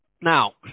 Now